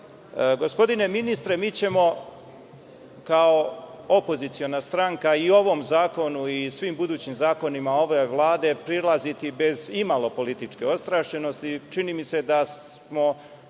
predznak. Gospodine ministre, mi ćemo, kao opoziciona stranka, i ovom zakonu i svim budućim zakonima ove Vlade prilaziti bez imalo političke ostrašćenosti. Čini mi se da je